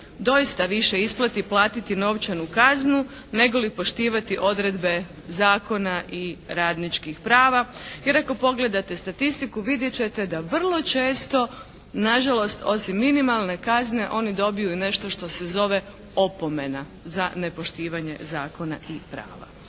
doista više isplati platiti novčanu kaznu nego li poštivati odredbe zakona i radničkih prava. Jer ako pogledate statistiku vidjet ćete da vrlo često nažalost osim minimalne kazne oni dobiju nešto što se zove opomena za nepoštivanje zakona i prava.